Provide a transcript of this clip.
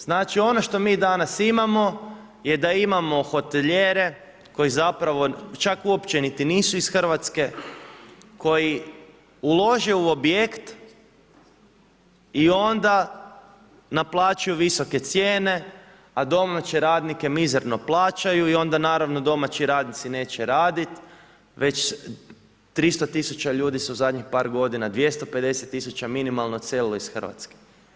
Znači ono što mi danas imamo, je da imamo hoteljere, koji zapravo čak uopće nisu iz Hrvatske, koji ulože u objekt i onda naplaćuju visoke cijene, a domaće radnike mizerno plaćaju i onda naravno, domaći radnici neće raditi već 300 tisuća ljudi su zadnjih par godina, 250 tisuća minimalno odselilo iz Hrvatske.